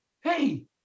Hey